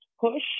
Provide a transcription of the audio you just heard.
push